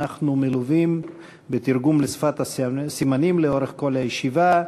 אנחנו מלווים בתרגום לשפת הסימנים לאורך כל הישיבה,